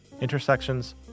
Intersections